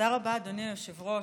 תודה רבה, אדוני היושב-ראש.